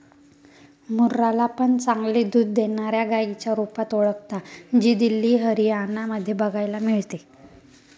मुर्रा ला पण चांगले दूध देणाऱ्या गाईच्या रुपात ओळखता, जी दिल्ली, हरियाणा मध्ये बघायला मिळते